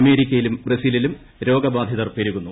അമേരിക്കയിലും ബ്രസീലിലും രോഗബാധിതർ പെരുകുന്നു